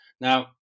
Now